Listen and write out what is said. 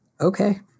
Okay